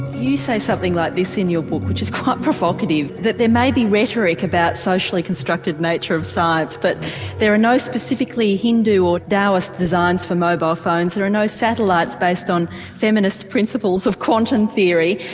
you say something like this in your book which is quite provocative, that there may be rhetoric about socially constructed nature of science but there are no specifically hindu or taoist designs for mobile phones, there are no satellites based on feminist principles of quantum theory.